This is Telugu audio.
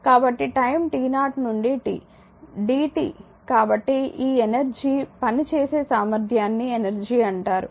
కాబట్టి టైమ్ t0 నుండి t dt కాబట్టి ఈ ఎనర్జీ పని చేసే సామర్థ్యాన్ని ఎనర్జీ అంటారు